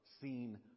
seen